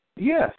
yes